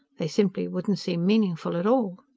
they simply wouldn't seem meaningful at all.